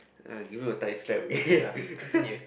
ah give him a tight slap okay